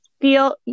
feel